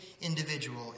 individual